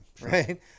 right